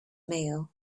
meal